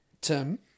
Tim